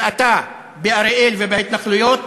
ואתה באריאל ובהתנחלויות,